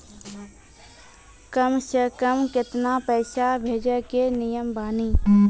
कम से कम केतना पैसा भेजै के नियम बानी?